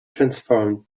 transformed